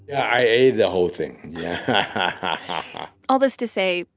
i ate the whole thing yeah ah all this to say,